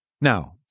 Now